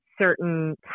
certain